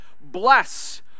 bless